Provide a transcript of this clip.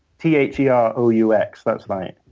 t h e r o u x. that's right.